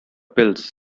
pills